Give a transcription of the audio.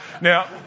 Now